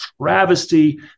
travesty